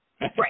Right